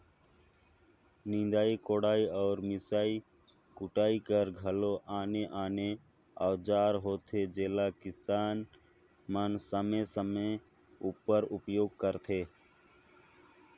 निदई कोड़ई अउ मिसई कुटई कर घलो आने आने अउजार होथे जेला किसान मन समे समे उपर उपियोग करथे